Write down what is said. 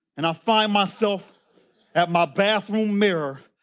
and i find myself at my bathroom mirror,